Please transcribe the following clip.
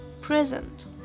present